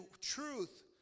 truth